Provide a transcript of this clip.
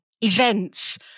events